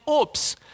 oops